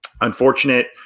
unfortunate